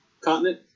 continent